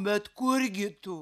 bet kurgi tu